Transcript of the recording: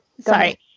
Sorry